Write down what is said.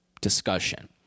discussion